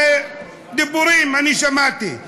זה דיבורים, אני שמעתי.